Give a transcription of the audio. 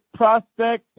prospect